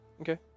Okay